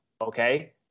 Okay